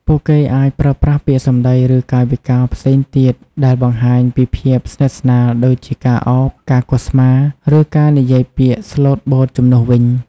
ពួកគេអាចប្រើប្រាស់ពាក្យសម្ដី ឬកាយវិការផ្សេងទៀតដែលបង្ហាញពីភាពស្និទ្ធស្នាល ដូចជាការឱប ការគោះស្មា ឬការនិយាយពាក្យស្លូតបូតជំនួសវិញ។